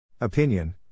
Opinion